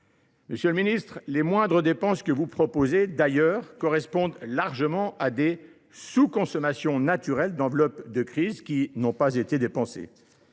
monsieur le ministre, les moindres dépenses que vous proposez correspondent en réalité largement à des sous consommations naturelles d’enveloppes de crise qui n’ont pas été dépensées.